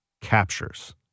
captures